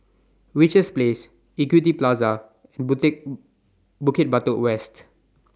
Richards Place Equity Plaza and Bukit Batok West